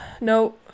no